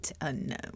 unknown